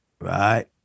right